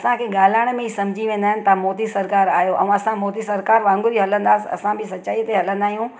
असांखे ॻाल्हाइण में ई सम्झी वेंदा आहिनि तव्हां मोदी सरकारु आहियो ऐं असां मोदी सरकार वांगुरु ई हलांदासीं असां बि सचाई ते हलंदा आहियूं